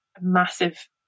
massive